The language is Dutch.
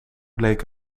bleek